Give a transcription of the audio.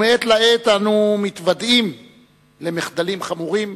ומעת לעת אנו מתוודעים למחדלים חמורים